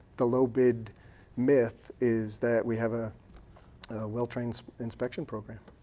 the low bid myth is that we have a well trained inspection program.